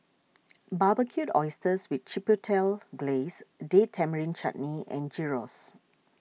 Barbecued Oysters with Chipotle Glaze Date Tamarind Chutney and Gyros